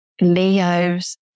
Leo's